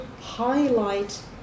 highlight